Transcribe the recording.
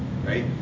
Right